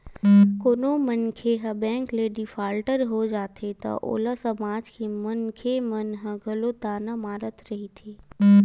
कोनो मनखे ह बेंक ले डिफाल्टर हो जाथे त ओला समाज के मनखे मन ह घलो ताना मारत रहिथे